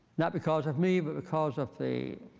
not because of me, but because of the